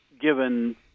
given